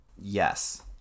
yes